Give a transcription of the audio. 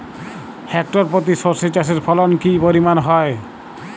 Hectare প্রতি সর্ষে চাষের ফলন কি পরিমাণ হয়?